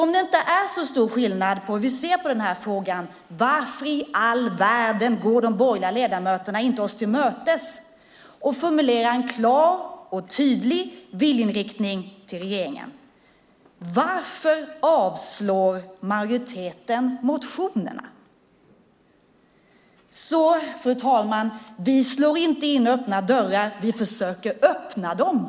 Om det nu inte är så stor skillnad i synen på den här frågan undrar jag: Hur i all världen kommer det sig att de borgerliga ledamöterna inte går oss till mötes och formulerar en klar och tydlig viljeinriktning till regeringen? Och varför yrkar majoriteten avslag på motionerna? Fru talman! Vi slår inte in öppna dörrar, utan vi försöker öppna dörrar.